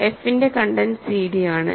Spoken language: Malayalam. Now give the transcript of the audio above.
f ന്റെ കണ്ടെന്റ് cd ആണ്